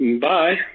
Bye